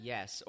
Yes